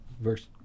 verse